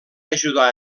ajudar